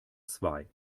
zwei